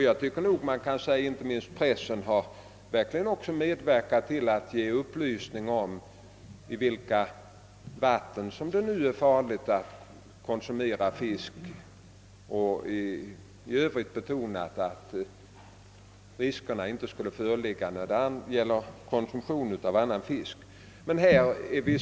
Jag tycker att inte minst pressen har medverkat till att ge upplysning om vilka fiskevatten som är farliga och även att någon risk inte synes föreligga vid konsumtion av fisk från andra platser.